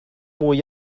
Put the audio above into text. mwy